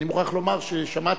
ואני מוכרח לומר ששמעתי,